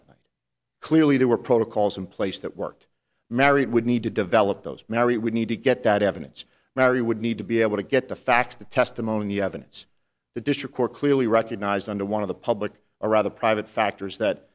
that clearly there were protocols in place that worked marriott would need to develop those mary we need to get that evidence mary would need to be able to get the facts the testimony evidence the district court clearly recognized under one of the public or other private factors that